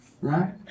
right